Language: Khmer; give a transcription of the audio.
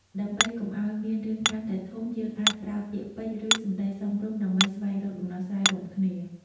ដើម្បីកុំឲ្យមានរឿងកាន់តែធំ យើងអាចប្រើពាក្យពេចន៌ ឬ សំដីសមរម្យ ដើម្បីស្វែងរកដំណោះស្រាយរួមគ្នា។